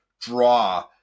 draw